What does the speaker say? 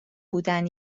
بودن